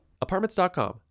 Apartments.com